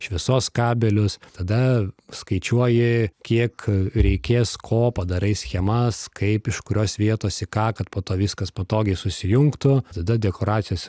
šviesos kabelius tada skaičiuoji kiek reikės ko padarai schemas kaip iš kurios vietos į ką kad po to viskas patogiai susijungtų tada dekoracijos